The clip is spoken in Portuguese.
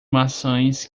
maçãs